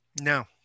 No